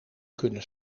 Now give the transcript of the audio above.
kunnen